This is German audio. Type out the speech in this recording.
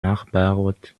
nachbarort